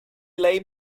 lay